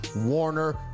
Warner